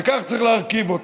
וכך צריך להרכיב אותה.